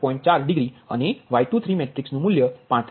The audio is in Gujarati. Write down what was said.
4 ડિગ્રી અને Y23મેટ્રિક્સ નુ મૂલ્ય 35